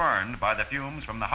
burned by the fumes from the